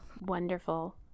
Wonderful